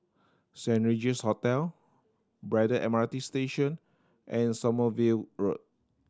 Saint Regis Hotel Braddell M R T Station and Sommerville Road